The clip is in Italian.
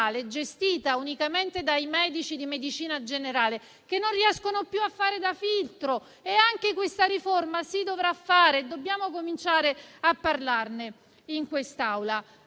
gestita unicamente dai medici di medicina generale, che non riescono più a fare da filtro. Anche questa riforma si dovrà fare e dobbiamo cominciare a parlarne in quest'Aula,